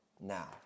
now